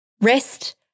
rest